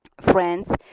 friends